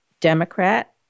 Democrat